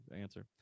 answer